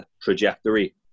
trajectory